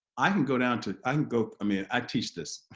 i can go down to i can go i mean i teach this